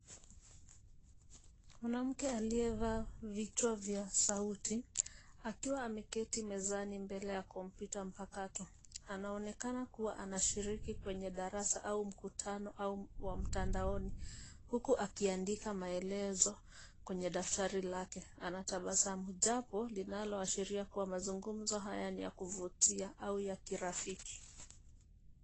Mwanamke aliyevaa vitua vya sauti, akiwa ameketi mezani mbele ya kompyuta mpakato. Anaonekana kuwa anashiriki kwenye darasa au mkutano au wa mtandaoni huku akiandika maelezo kwenye daftari lake. Anatabasamu jambo linaloashiria kuwa mazungumzo haya ni ya kuvutia au ya kirafiki.